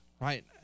right